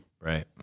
Right